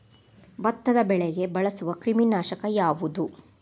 ಭತ್ತದ ಬೆಳೆಗೆ ಬಳಸುವ ಕ್ರಿಮಿ ನಾಶಕ ಯಾವುದು?